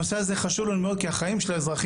הנושא הזה חשוב לנו מאוד כי החיים של האזרחים